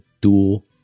Dual